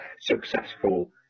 successful